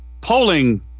polling